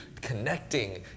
connecting